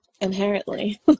Inherently